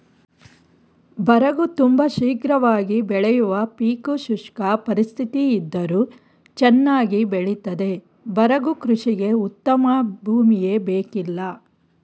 ಬರಗು ತುಂಬ ಶೀಘ್ರವಾಗಿ ಬೆಳೆಯುವ ಪೀಕು ಶುಷ್ಕ ಪರಿಸ್ಥಿತಿಯಿದ್ದರೂ ಚನ್ನಾಗಿ ಬೆಳಿತದೆ ಬರಗು ಕೃಷಿಗೆ ಉತ್ತಮ ಭೂಮಿಯೇ ಬೇಕಿಲ್ಲ